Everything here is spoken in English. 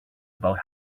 about